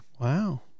wow